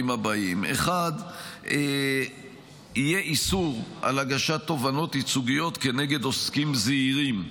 הבאים: יהיה איסור על הגשת תובענות ייצוגיות נגד עוסקים זעירים.